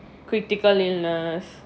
critical illness